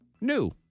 New